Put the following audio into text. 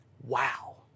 Wow